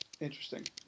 Interesting